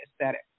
aesthetic